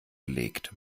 gelegt